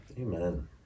amen